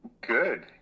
Good